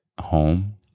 home